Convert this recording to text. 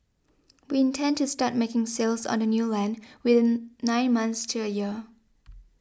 we intend to start making sales on the new land within nine months to a year